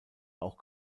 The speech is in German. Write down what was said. auch